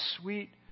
sweet